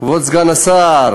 כבוד סגן השר.